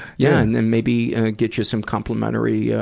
yeah. and then maybe, ah, get you some complimentary, yeah